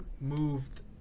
moved